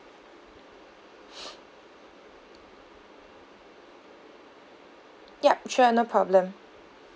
ya sure no problem